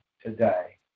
today